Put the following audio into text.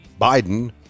Biden